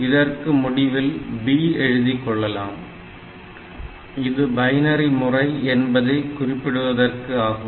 இதற்கு முடிவில் B எழுதிக் கொள்ளலாம் இது பைனரி முறை என்பதை குறிப்பிடுவதற்கு ஆகும்